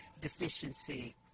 deficiency